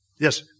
Yes